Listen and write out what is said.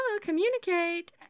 Communicate